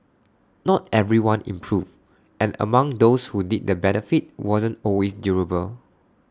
not everyone improved and among those who did the benefit wasn't always durable